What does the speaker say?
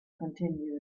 continued